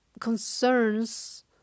concerns